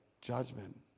judgment